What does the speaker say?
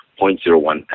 0.01